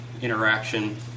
interaction